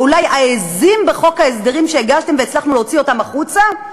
או אולי העזים בחוק ההסדרים שהגשתם והצלחנו להוציא החוצה,